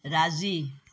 राज़ी